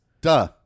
Duh